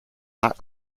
not